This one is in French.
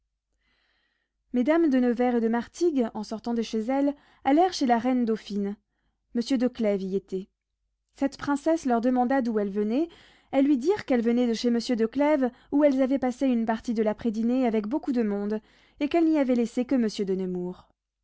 mesdames de nevers et de martigues en sortant de chez elle allèrent chez la reine dauphine monsieur de clèves y était cette princesse leur demanda d'où elles venaient elles lui dirent qu'elles venaient de chez monsieur de clèves où elles avaient passé une partie de l'après-dînée avec beaucoup de monde et qu'elles n'y avaient laissé que monsieur de nemours